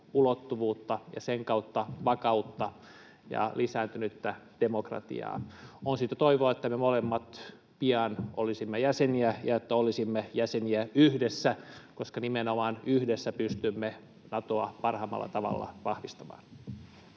ulottuvuutta ja sen kautta vakautta ja lisääntynyttä demokratiaa. On syytä toivoa, että me molemmat pian olisimme jäseniä ja että olisimme jäseniä yhdessä, koska nimenomaan yhdessä pystymme Natoa parhaimmalla tavalla vahvistamaan.